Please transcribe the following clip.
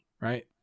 right